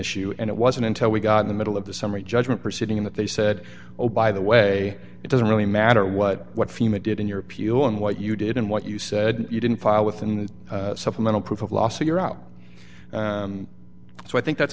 issue and it wasn't until we got in the middle of the summary judgment proceeding that they said oh by the way it doesn't really matter what what fema did in your appeal and what you did and what you said you didn't file within the supplemental proof of law so you're out so i think that's